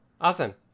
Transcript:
Awesome